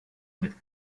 mit